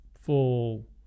full